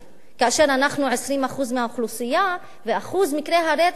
כאשר אנחנו 20% מהאוכלוסייה ואחוז מקרי הרצח